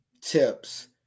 tips